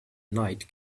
night